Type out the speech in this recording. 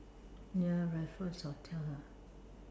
near Raffles hotel ah